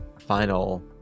final